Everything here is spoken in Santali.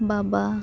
ᱵᱟᱵᱟ